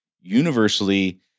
universally